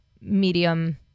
medium